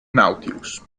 nautilus